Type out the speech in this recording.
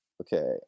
Okay